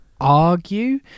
argue